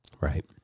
Right